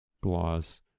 Gloss